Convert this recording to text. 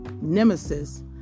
nemesis